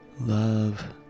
Love